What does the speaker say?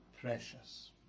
precious